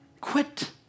Quit